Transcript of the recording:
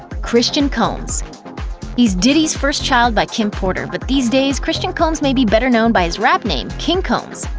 christian combs he's diddy's first child by kim porter, but these days christian combs may be better better known by his rap name, king combs.